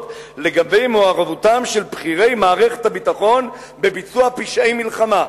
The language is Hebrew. לגבי מעורבותם של בכירי מערכת הביטחון בביצוע פשעי מלחמה".